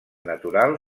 natural